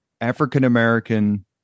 African-American